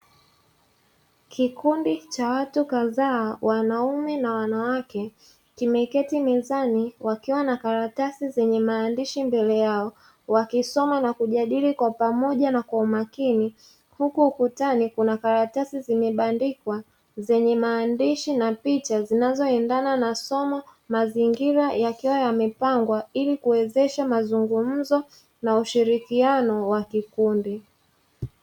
Kikundi cha watu kadhaa wanaume na wanawake wakiwa wameketi mezani wakiwa na karatasi zenye maandishi ndani yake wakiwa wamekaa wakisoma na kujadili kwa pamoja na kwa umakini, huku ukutani kuna karatasi zimebandikwa zenye maandishi na picha, zinazoendana na somo mazingira yamepangwa ili kuwezesha mazungumzo na ushirikiano wa kikundi.